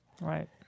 Right